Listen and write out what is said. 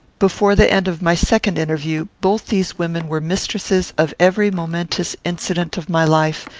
before the end of my second interview, both these women were mistresses of every momentous incident of my life,